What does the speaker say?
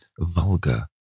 vulgar